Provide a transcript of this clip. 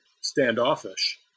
standoffish